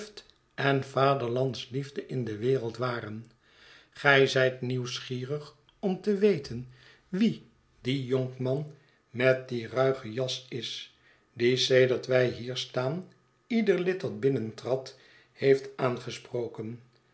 en vaderlandsliefde in de wereld waren gij zyt nieuwsgierig om te weten wie die jonkman met die ruige jas is die sedert wij hier staan ieder lid dat binnentrad heeft aangesproken